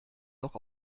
noch